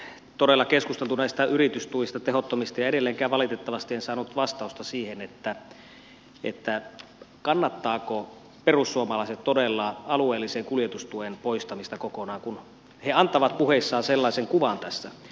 täällä on todella keskusteltu näistä tehottomista yritystuista ja edelläänkään valitettavasti en saanut vastausta siihen kannattavatko perussuomalaiset todella alueellisen kuljetustuen poistamista kokonaan kun he antavat puheissaan sellaisen kuvan tässä